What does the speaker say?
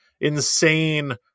insane